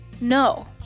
No